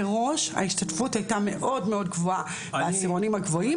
מראש ההשתתפות הייתה מאוד מאוד גבוהה בעשירונים הגבוהים.